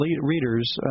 readers